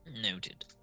Noted